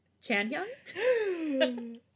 Chan-young